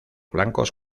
blancos